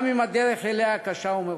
גם אם הדרך אליה קשה ומורכבת.